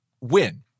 win